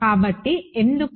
కాబట్టి ఎందుకు